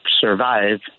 survive